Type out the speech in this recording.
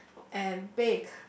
and bake